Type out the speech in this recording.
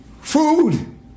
Food